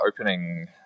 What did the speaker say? opening